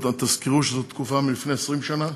תזכרו שזאת התקופה של לפני 20 שנה,